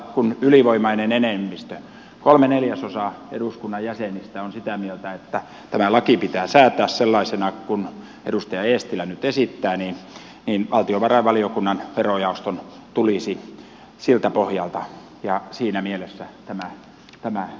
kun ylivoimainen enemmistö kolme neljäsosaa eduskunnan jäsenistä on sitä mieltä että tämä laki pitää säätää sellaisena kuin edustaja eestilä nyt esittää niin valtiovarainvaliokunnan verojaoston tulisi siltä pohjalta ja siinä mielessä tämä nyt käsitellä